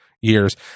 years